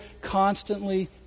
constantly